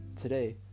today